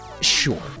Sure